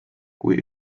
kui